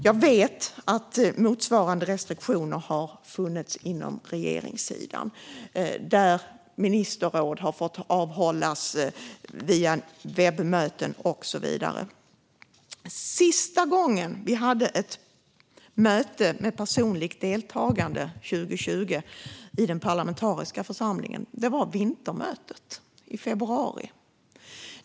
Jag vet att motsvarande restriktioner har funnits inom regeringssidan, där ministerråd har fått hållas via webbmöten och så vidare. Sista gången vi hade ett möte i den parlamentariska församlingen med personligt deltagande 2020 var i februari då vintermötet hölls.